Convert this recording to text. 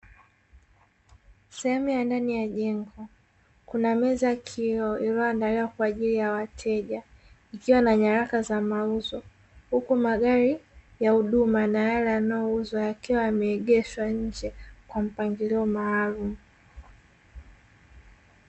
Sehemu ya ndani ya jengo kuna meza ya kioo iliyoandaliwa kwa ajili ya wateja ikiwa na nyaraka za mauzo, huku magari ya huduma na yale yanayouzwa yakiwa yameegeshwa nje kwa mpangilio maalumu.